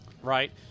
Right